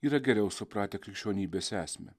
yra geriau supratę krikščionybės esmę